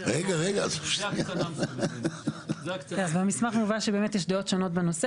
אז במסמך מובא שבאמת יש דעות שונות בנושא,